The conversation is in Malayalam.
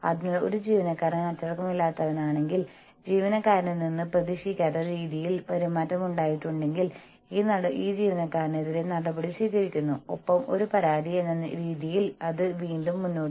മറുവശത്ത് യൂണിയൻ സബ്സ്റ്റിറ്റ്യൂഷൻ സ്ട്രാറ്റജി നിങ്ങളുടെ ജീവനക്കാരെ സന്തോഷിപ്പിക്കുന്നതിനും യൂണിയനുകളുടെ രൂപീകരണം ഒഴിവാക്കുന്നതിനുമുള്ള വളരെ നല്ല തന്ത്രമാണ്